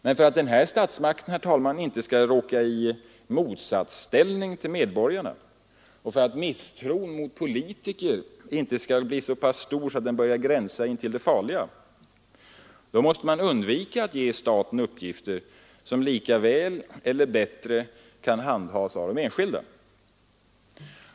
Men för att den statsmakten, herr talman, inte skall råka i motsatsställning till medborgarna och för att misstron mot politiker inte skall bli så stor att den börjar gränsa intill det farliga måste man undvika att ge staten uppgifter som lika väl eller bättre kan handhas av de enskilda.